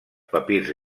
papirs